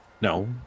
No